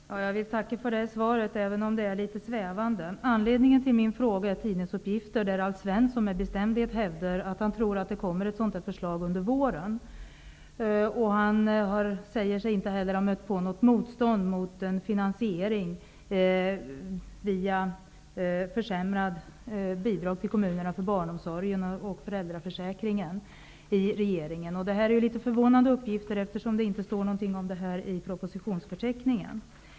Herr talman! Jag vill tacka för svaret, men det är litet svävande. Anledningen till min fråga är tidningsuppgifter om att Alf Svensson med bestämdhet hävdar att han tror att det kommer ett förslag om vårdnadsbidrag under våren. Han säger sig inte ha stött på något mostånd i regeringen mot en finansiering via försämrat bidrag till kommunerna för barnomsorgen och föräldraförsäkringen. Det här är litet förvånande, eftersom detta inte finns med i propositionsförteckningen.